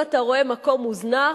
אם אתה רואה מקום מוזנח,